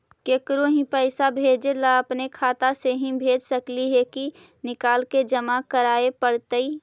केकरो ही पैसा भेजे ल अपने खाता से ही भेज सकली हे की निकाल के जमा कराए पड़तइ?